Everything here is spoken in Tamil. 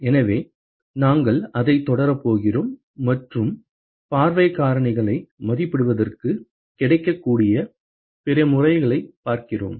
எனவே நாங்கள் அதைத் தொடரப் போகிறோம் மற்றும் பார்வைக் காரணிகளை மதிப்பிடுவதற்கு கிடைக்கக்கூடிய பிற முறைகளைப் பார்க்கிறோம்